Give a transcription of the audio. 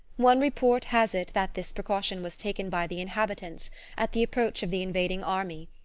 one report has it that this precaution was taken by the inhabitants at the approach of the invading army,